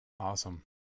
Awesome